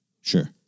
Sure